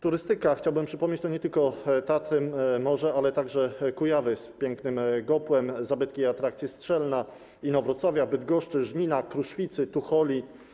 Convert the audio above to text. Turystyka, chciałbym przypomnieć, to nie tylko Tatry, morze, ale także Kujawy z pięknym Gopłem, zabytki i atrakcje Strzelna, Inowrocławia, Bydgoszczy, Żnina, Kruszwicy, Tucholi.